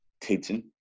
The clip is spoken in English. teaching